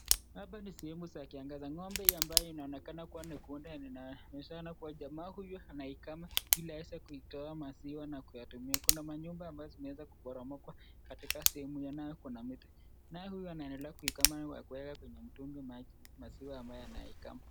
Hapa ni sehemu za kiangazi ng'ombe ambayo inaonekana ni inaonyeshana kuwa jamaa, huyu anaikama ili aweze kutowa maziwa na kuyatumia kuna manyumba ambayo zimeweza kuporomoka katika sehemu ambayo kuna miti, naye huyu anaendelea kuweka mitungi maziwa ambayo anaikama.